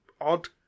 odd